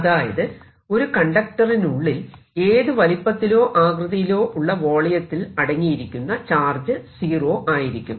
അതായത് ഒരു കണ്ടക്ടറിനുള്ളിൽ ഏതു വലിപ്പത്തിലോ ആകൃതിയിലോ ഉള്ള വോളിയ ത്തിൽ അടങ്ങിയിരിക്കുന്ന ചാർജ് സീറോ ആയിരിക്കും